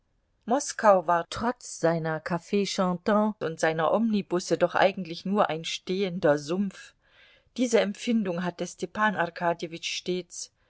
moskau war trotz seiner cafs chantants und seiner omnibusse doch eigentlich nur ein stehender sumpf diese empfindung hatte stepan arkadjewitsch stets